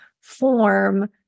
form